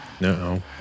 No